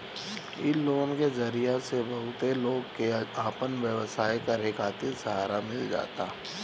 इ लोन के जरिया से बहुते लोग के आपन व्यवसाय करे खातिर सहारा मिल जाता